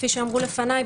כפי שאמרו לפניי,